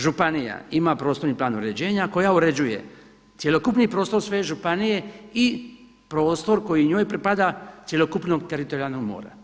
Županija ima prostorni plan uređenja koja uređuje cjelokupni prostor svoje županije i prostor koji njoj pripada cjelokupnog teritorijalnog mora.